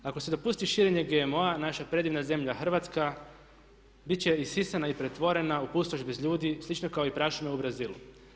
Ako se dopusti širenje GMO-a naša predivna zemlja Hrvatska bit će isisana i pretvorena u pustoš bez ljudi, slično kao i prašume u Brazilu.